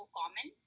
common